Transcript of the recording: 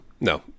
no